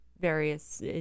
various